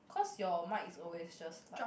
cause your mic is always just like